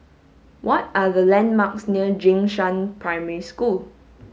what are the landmarks near Jing Shan Primary School